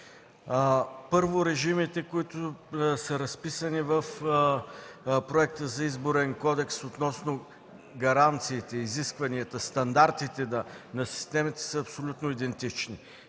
Първо, режимите, които са разписани в Проекта за Изборен кодекс относно гаранциите, изискванията, стандартите на системите са абсолютно идентични.